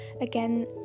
Again